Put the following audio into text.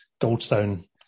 Goldstone